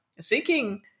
Seeking